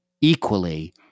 equally